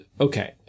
okay